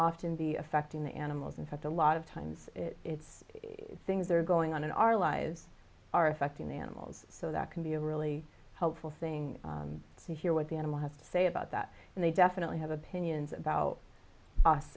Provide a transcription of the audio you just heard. often be affecting the animals in fact a lot of times it's things are going on in our lives are affecting the animals so that can be a really helpful thing to hear what the animal has to say about that and they definitely have opinions about us